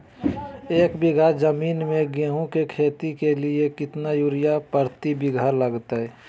एक बिघा जमीन में गेहूं के खेती के लिए कितना यूरिया प्रति बीघा लगतय?